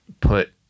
put